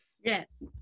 Yes